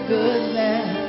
goodness